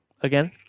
again